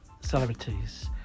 celebrities